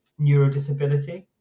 neurodisability